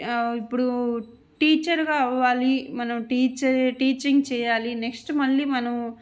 ఇప్పుడూ టీచరుగా అవ్వాలి మనం టీచర్ టీచింగ్ చేయాలి నెక్స్ట్ మళ్ళీ మనం